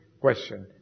question